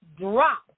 drop